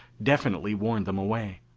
definitely warned them away.